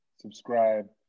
subscribe